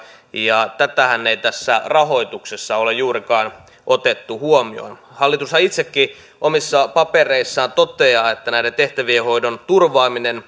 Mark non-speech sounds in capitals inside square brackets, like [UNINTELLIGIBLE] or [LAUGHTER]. ja tätähän ei tässä rahoituksessa ole juurikaan otettu huomioon hallitushan itsekin omissa papereissaan toteaa että näiden tehtävien hoidon turvaaminen [UNINTELLIGIBLE]